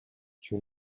you